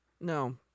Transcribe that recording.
No